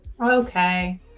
okay